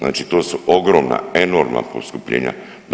Znači to su ogromna, enormna poskupljenja.